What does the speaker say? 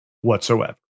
whatsoever